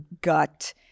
gut